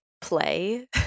play